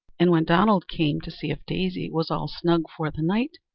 and when donald came to see if daisy was all snug for the night,